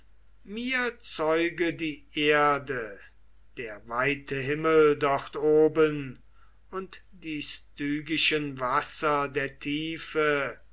mir zeuge die erde der weite himmel dort oben und die stygischen wasser der tiefe